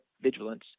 vigilance